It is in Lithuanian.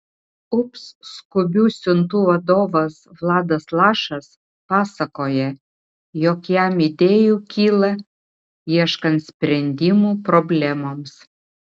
ups skubių siuntų vadovas vladas lašas pasakoja jog jam idėjų kyla ieškant sprendimų problemoms